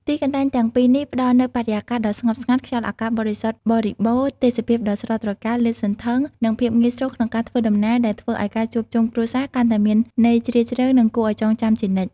ទីកន្លែងទាំងពីរនេះផ្តល់នូវបរិយាកាសដ៏ស្ងប់ស្ងាត់ ខ្យល់អាកាសបរិសុទ្ធបរិបូរណ៍ ទេសភាពដ៏ស្រស់ត្រកាលលាតសន្ធឹង និងភាពងាយស្រួលក្នុងការធ្វើដំណើរ ដែលធ្វើឲ្យការជួបជុំគ្រួសារកាន់តែមានន័យជ្រាលជ្រៅ និងគួរឲ្យចងចាំជានិច្ច។